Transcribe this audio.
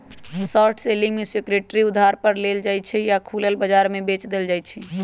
short selling में security उधार पर लेल जाइ छइ आऽ खुलल बजार में बेच देल जाइ छइ